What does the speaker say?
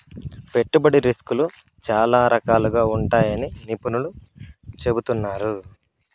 పెట్టుబడి రిస్కులు చాలా రకాలుగా ఉంటాయని నిపుణులు చెబుతున్నారు